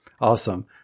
Awesome